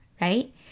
right